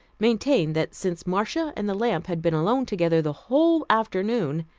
maintained that since marcia and the lamp had been alone together the whole afternoon,